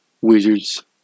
Wizards